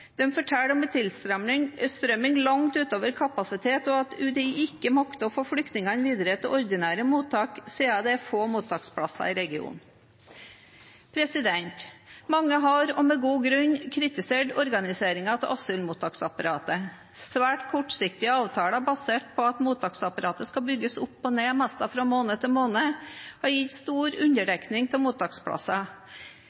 forteller om en tilstrømming langt utover kapasitet, og at UDI ikke makter å få flyktningene videre til ordinære mottak siden det er få mottaksplasser i regionen. Mange har – og med god grunn – kritisert organiseringen av asylmottaksapparatet. Svært kortsiktige avtaler basert på at mottaksapparatet skal bygges opp og ned nærmest fra måned til måned, har gitt stor underdekning av mottaksplasser.